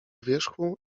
wierzchu